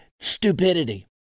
stupidity